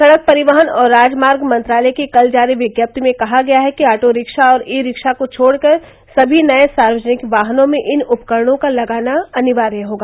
सड़क परिवहन और राजमार्ग मंत्रालय की कल जारी विज्ञप्ति में कहा गया है कि ऑटो रिक्शा और ई रिक्शा को छोड़कर सभी नये सार्वजनिक वाहनों में इन उपकरणों का लगाना अनिवार्य होगा